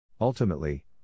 Ultimately